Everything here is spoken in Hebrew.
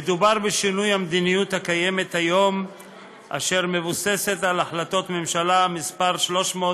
מה אומרת מדינת ישראל כאשר היא מחוקקת חוק שמונע